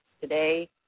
today